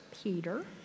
Peter